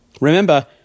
Remember